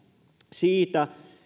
siitä